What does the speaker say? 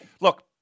look